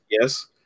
Yes